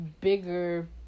bigger